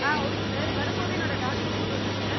ஆ okay sir வரும்போது என்னோடய டாட்டரையும் கூப்பிட்டு வரணுமா சார்